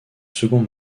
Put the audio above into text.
second